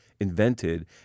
invented